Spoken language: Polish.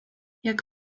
jak